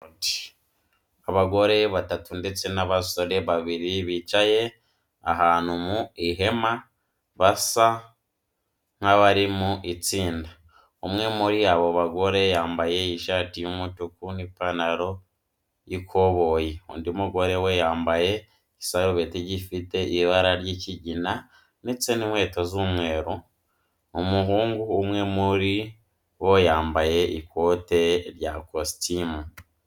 Abagore batatu ndetse n'abasore babiri bicaye ahantu mu ihema basa nk'abari mu itsinda. Umwe muri abo bagore yambaye ishati y'umutuku n'ipantaro y'ikoboyi, undi mugore we yambaye igisarubeti gifite ibara ry'ikigina ndetse n'inkweto z'umweru. Umuhungu umwe muri bo yambaye ikote rya kositimu.